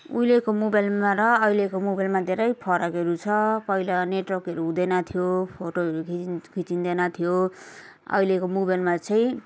उहिलेको मोबाइलमा र अहिलेको मोबाइलमा धेरै फरकहरू छ पहिला नेटवर्कहरू हुँदैन थियो फोटोहरू खिई खिचिँदैन थियो अहिलेको मोबाइलमा चाहिँ